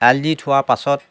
এৰাল দি থোৱা পাছত